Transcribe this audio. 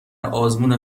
آزمون